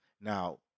Now